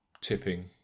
tipping